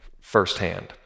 firsthand